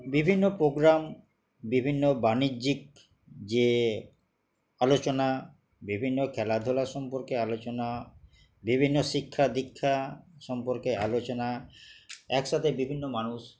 বিভিন্ন পোগ্রাম বিভিন্ন বাণিজ্যিক যে আলোচনা বিভিন্ন খেলাধুলা সম্পর্কে আলোচনা বিভিন্ন শিক্ষা দীক্ষা সম্পর্কে আলোচনা একসাথে বিভিন্ন মানুষ